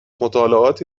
مطالعاتی